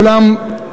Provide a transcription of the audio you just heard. ואולם,